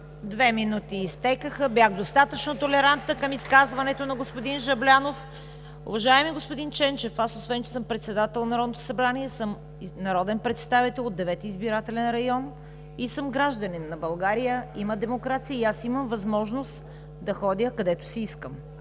Две минути изтекоха. Бях достатъчно толерантна към изказването на господин Жаблянов. Уважаеми господин Ченчев, освен че съм председател на Народното събрание, съм народен представител от Девети изборен район и съм гражданин на България. Има демокрация и аз имам възможност да ходя където си искам,